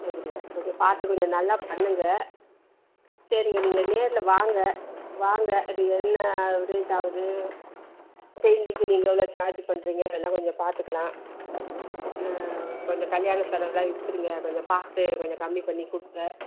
சரிங்க கொஞ்சம் பார்த்து கொஞ்சம் நல்லா பண்ணுங்க சரிங்க நீங்கள் நேரில் வாங்க வாங்க அது என்ன ஆவரேஜ் ஆகுது டெய்லிக்கும் நீங்கள் எவ்வளோ சார்ஜ்ஜி பண்ணுறிங்க இதெல்லாம் கொஞ்சம் பார்த்துக்குலாம் கொஞ்சம் கல்யாணம் செலவெலாம் இருக்குதுங்க கொஞ்சம் பார்த்து கொஞ்சம் கம்மி பண்ணி கொடுங்க